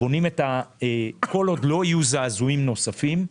כל עוד לא יהיו זעזועים נוספים.